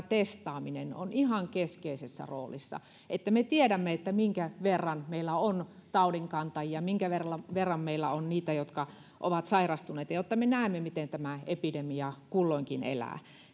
testaaminen on ihan keskeisessä roolissa että me tiedämme minkä verran meillä on taudinkantajia ja minkä verran verran meillä on niitä jotka ovat sairastuneet jotta me näemme miten tämä epidemia kulloinkin elää